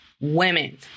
women